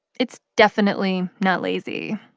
it's definitely not lazy.